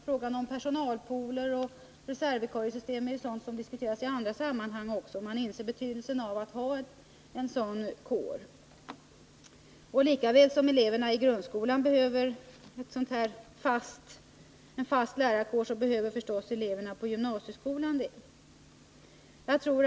Frågan om personalpooler och reservvikariesystem diskuteras ju också i andra sammanhang, eftersom man har insett betydelsen av att ha en sådan här fast kår av anställda. Lika väl som eleverna i grundskolan behöver en fast lärarkår, behöver förstås också eleverna på gymnasieskolan det.